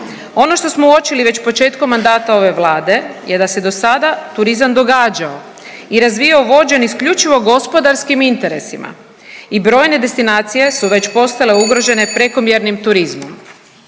Ono što smo uočili već početkom mandata ove Vlade je da se do sada turizam događao i razvijao vođen isključivo gospodarskim interesima. I brojne destinacije su već postale ugrožene prekomjernim turizmom.